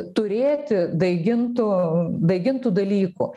turėti daigintų daigintų dalykų